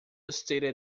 stated